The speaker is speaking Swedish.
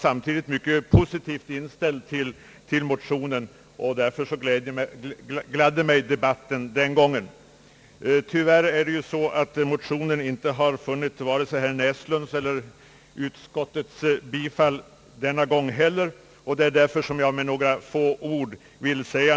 Samtidigt var han positivt inställd till motionerna, och därför gladde mig debaiten den gången. Tyvärr har motionerna emellertid inte heller denna gång vunnit vare sig herr Näsströms eller utskottets bifall, och jag vill därför säga några få ord om dem.